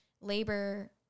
labor